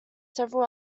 several